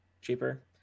cheaper